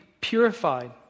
purified